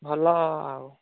ଭଲ ଆଉ